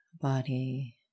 body